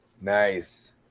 Nice